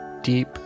deep